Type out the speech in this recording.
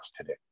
today